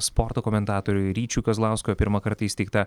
sporto komentatoriui ryčiui kazlauskui o pirmą kartą įsteigtą